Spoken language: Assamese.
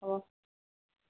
অঁ